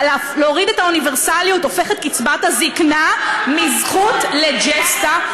להוריד את האוניברסליות הופך את קצבת הזקנה מזכות לג'סטה,